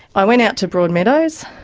i went out to broadmeadows.